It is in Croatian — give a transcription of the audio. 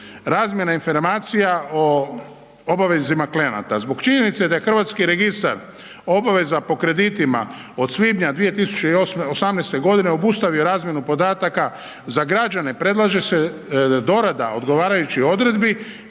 Razmjena informacija o obavezama klijenata zbog činjenice da je hrvatski registar obavezan po kreditima od svibnja 2018. g. obustavio razmjenu podataka za građane, predlaže se dorada odgovarajućih odredbi